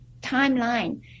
timeline